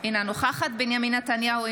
אינה נוכחת בנימין נתניהו,